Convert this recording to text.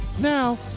Now